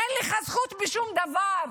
אין לך זכות בשום דבר.